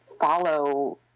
Follow